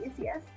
yes